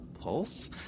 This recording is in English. pulse